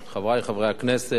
חבר הכנסת